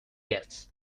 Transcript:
guests